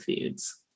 foods